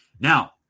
Now